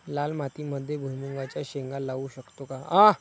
लाल मातीमध्ये भुईमुगाच्या शेंगा लावू शकतो का?